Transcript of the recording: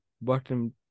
bottom